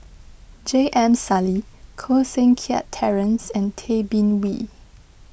J M Sali Koh Seng Kiat Terence and Tay Bin Wee